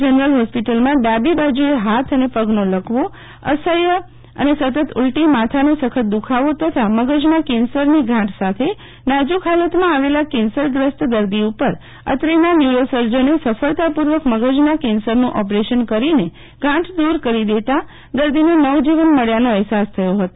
general હોસ્પિટલમાં ડાબી બીજુએ હાથ અનેપગનો લકવો અસહ્ય અને સતત ઉલ્ટી માથાની સખ્ત દુ ખાવો તથા મગજમાં કેન્સરનીગાંઠ સાથે નાજક હોલતમાં આવેલા કેન્સરગ્રસ્ત દર્દી ઉપર અત્રેના ન્યુરોસર્જને સફળતાપૂર્વકમગજના કેન્સરનું ઓપરેશન કરી એ ગાંઠ દુર કરીદેતા દર્દીને નવજીવન મળ્યાનો અહેસાસ થયો હતો